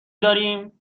داریم